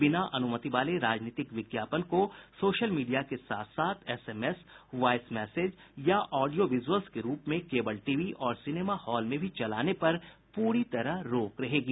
बिना अनुमति वाले राजनीतिक विज्ञापन को सोशल मीडिया के साथ साथ एसएमएस वाइस मैसेज या ऑडियो विजुअल्स के रूप में केबल टीवी और सिनेमा हॉल में भी चलाने पर पूरी तरह से रोक रहेगी